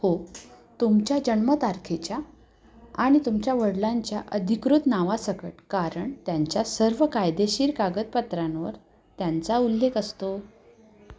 हो तुमच्या जन्मतारखेच्या आणि तुमच्या वडिलांच्या अधिकृत नावासकट कारण त्यांच्या सर्व कायदेशीर कागदपत्रांवर त्यांचा उल्लेख असतो